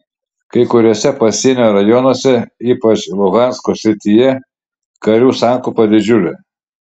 kai kuriuose pasienio rajonuose ypač luhansko srityje karių sankaupa didžiulė